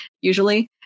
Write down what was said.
usually